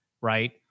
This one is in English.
right